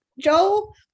Joel